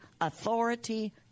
authority